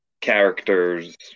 characters